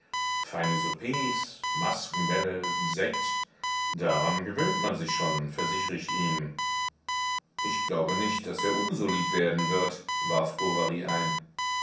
feine soupers maskenbälle sekt daran gewöhnt man sich schon versichre ich ihnen ich glaube nicht daß er unsolid werden wird warf bovary ein